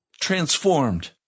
transformed